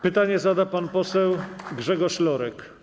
Pytanie zada pan poseł Grzegorz Lorek.